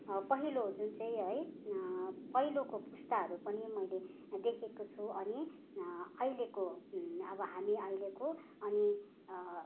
पहिलो जुन चाहिँ है पहिलोको पुस्ताहरू पनि मैले देखेको छु अनि अहिलेको अब हामी अहिलेको अनि